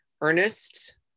Ernest